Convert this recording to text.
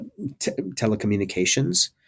Telecommunications